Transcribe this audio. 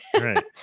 Right